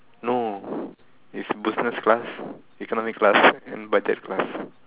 no it's business class economy class and budget class